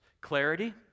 Clarity